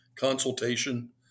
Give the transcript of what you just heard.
Consultation